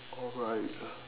alright